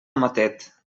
matet